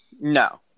No